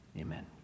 amen